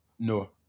no